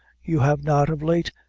you have not, of late,